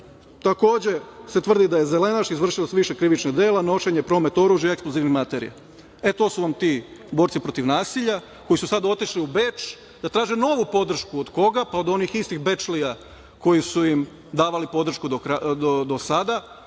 Takođe se tvrdi da je zelenaš, izvršilac više krivičnih dela, nošenje i promet oružja i eksplozivnih materija. E, to su vam ti borci protiv naselja, koji su sad otišli u Beč da traže novu podršku. Od koga? Pa od onih istih Bečlija koji su im davali podršku do sada,